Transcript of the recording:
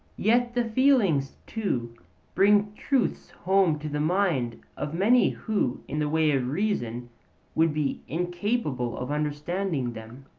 yet the feelings too bring truths home to the minds of many who in the way of reason would be incapable of understanding them.